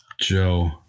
Joe